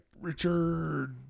Richard